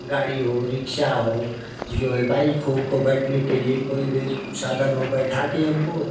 गाड़ी हो रिक्शा हो जो बाइक हो उनको बैठने के लिए कोई भी साधन हो बैठाकर हमको